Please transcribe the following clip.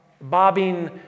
bobbing